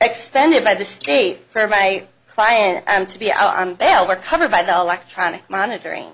expended by the state for my client to be out on bail were covered by the electronic monitoring